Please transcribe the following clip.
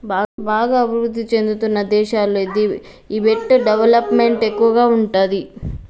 బాగా అభిరుద్ధి చెందుతున్న దేశాల్లో ఈ దెబ్ట్ డెవలప్ మెంట్ ఎక్కువగా ఉంటాది